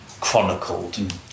chronicled